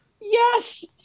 Yes